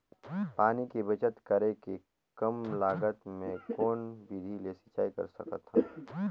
पानी के बचत करेके कम लागत मे कौन विधि ले सिंचाई कर सकत हन?